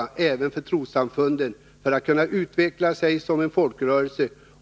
Det gäller även för trossamfundens möjligheter att utvecklas som folkrörelser.